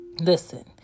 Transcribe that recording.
Listen